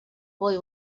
boy